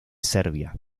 serbia